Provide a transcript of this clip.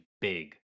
big